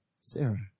Sarah